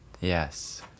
yes